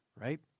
right